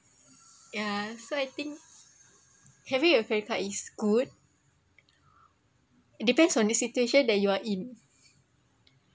ya so I think having a credit card is good it depends on the situation that you are in